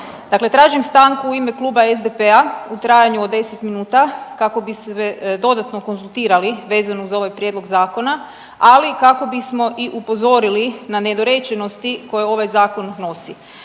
tražim stanku u ime kluba SDP-a u trajanju od 10 minuta kako bi se dodatno konzultirali vezano uz ovaj prijedlog zakona, ali kako bismo i upozorili na nedorečenosti koje ovaj zakon nosi.